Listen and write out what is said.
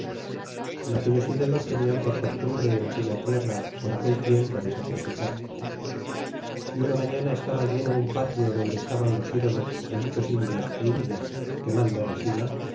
en aquellos ídolos tenian por costumbre en aquella tierra por aquei tiempo de sacrificar y una luafiana estaba lleno un patio donde estaban los idolos de muchos indios é indias quemando resina